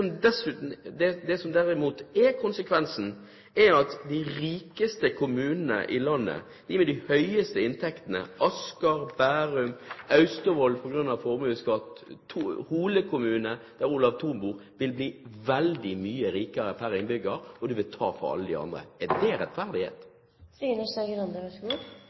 derimot er konsekvensen, er at de rikeste kommunene i landet, de med de høyeste inntektene – Asker, Bærum, Austevoll, Hole kommune, der Olav Thon bor – på grunn av formuesskatt vil bli veldig mye rikere per innbygger, og det vil ta fra alle de andre. Er